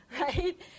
right